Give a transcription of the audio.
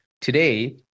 today